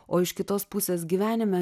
o iš kitos pusės gyvenime